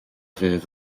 fydd